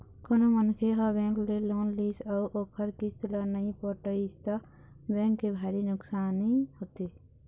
कोनो मनखे ह बेंक ले लोन लिस अउ ओखर किस्त ल नइ पटइस त बेंक के भारी नुकसानी होथे